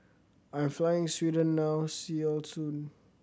I am flying Sweden now see you soon